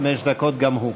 חמש דקות גם הוא.